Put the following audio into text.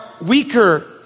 weaker